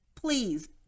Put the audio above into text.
please